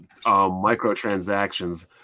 microtransactions